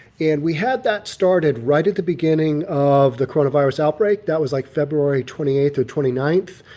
and we had that started right at the beginning of the coronavirus outbreak that was like february twenty eight, or twenty ninth.